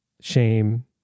shame